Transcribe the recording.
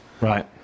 Right